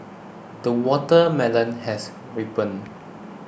the watermelon has ripened